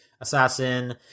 assassin